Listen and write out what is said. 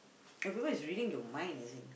but people is reading your mind as in